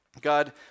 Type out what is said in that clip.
God